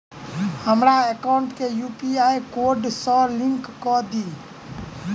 हमरा एकाउंट केँ UPI code सअ लिंक कऽ दिऽ?